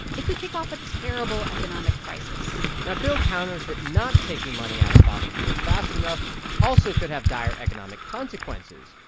it could kick off a terrible economic crisis now, bill counters that not taking money out of fossil fuels fast enough also could have dire economic consequences.